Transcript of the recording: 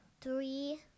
three